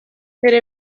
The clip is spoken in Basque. bere